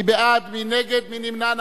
מי בעד, מי נגד, מי נמנע?